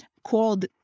called